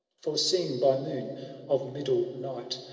for, seen by moon of middle night.